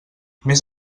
més